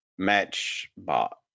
matchbot